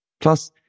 Plus